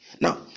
Now